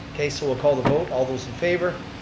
okay so we'll call the vote. all those in favor.